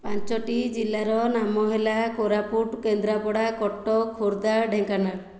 ପାଞ୍ଚଟି ଜିଲ୍ଲାର ନାମ ହେଲା କୋରାପୁଟ କେନ୍ଦ୍ରାପଡ଼ା କଟକ ଖୋର୍ଦ୍ଧା ଢେଙ୍କାନାଳ